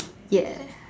ya